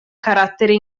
caratteri